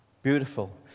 Beautiful